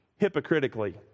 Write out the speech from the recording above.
hypocritically